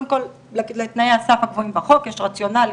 קודם לתנאי הסף הקבועים בחוק יש רציונל,